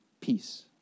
peace